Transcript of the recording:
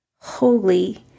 holy